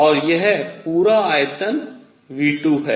और यह पूरा आयतन V2 है